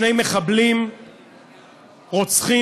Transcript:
שני מחבלים רוצחים